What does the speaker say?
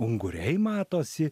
unguriai matosi